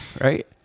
Right